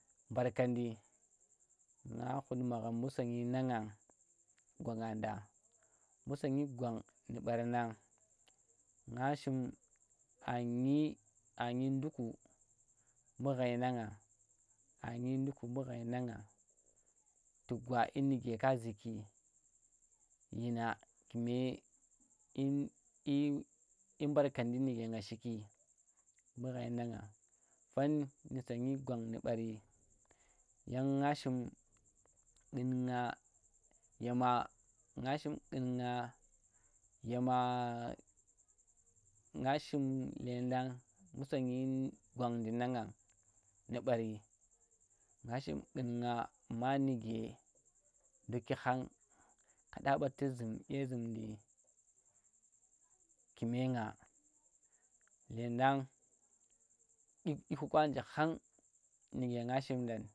Mbarkandi nga khut magham mbu sonnyi nang ngang, gwang nga nɗa. Mbu sonnyi gwang nu ɓar nang, nge shim anuyi, annyi nduku mbu ghai nang ngangi, annyi nduku mbu ghai nang ngang, ku gwa dyi nuke ka zuki, dyina kume, ta, dyi mbarkandi nuke nga shiki mbu ghai nan ngang. Fan ndu sonnyi gwang nu̱ ɓari, yang nga shim qun nga, yema, nga shim qun nga yema nga shim llendang mbu sonnyi gwan ndi nang ngang nu ɓari, nga shim qun nga ma nuge nduki khang ka ɓa ɓati zum dye zumndi, kume nga. Llendang dyi, dyi ku kwa nje khang nu ge nga shim ndan.